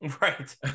Right